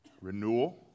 renewal